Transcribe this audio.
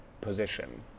position